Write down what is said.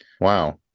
Wow